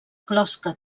closca